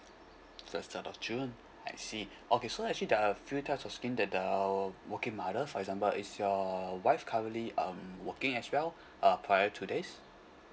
the third of june I see okay so actually there are a few types of scheme that uh working mother for example is your wife currently um working as well uh prior to this